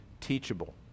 teachable